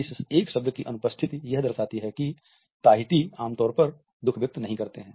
इस एक शब्द की अनुपस्थिति यह दर्शाती है कि ताहिती आमतौर पर दुख व्यक्त नहीं करते हैं